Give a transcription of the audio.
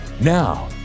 Now